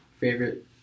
favorite